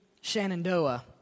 *Shenandoah*